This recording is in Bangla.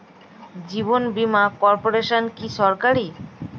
জীবন বীমা কর্পোরেশন কি সরকারি?